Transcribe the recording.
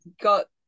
got